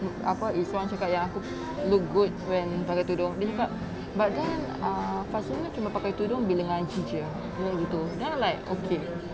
apa izuan cakap yang aku look good when pakai tudung dia cakap but then ah fazlinah pakai tudung bila ngaji jer then I like okay